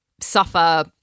suffer